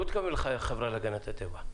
הוא לא התכוון לחברה להגנת הטבע.